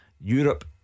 Europe